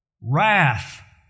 wrath